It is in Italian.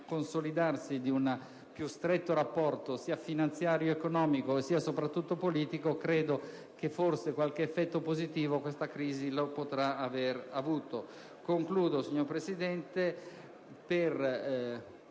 consolidarsi di un più stretto rapporto, sia finanziario sia economico sia, soprattutto, politico, credo che qualche effetto positivo questa crisi lo potrà aver avuto. Concludo, signora Presidente, per